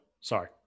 Sorry